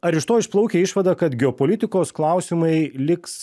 ar iš to išplaukia išvada kad geopolitikos klausimai liks